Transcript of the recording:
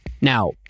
Now